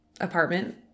apartment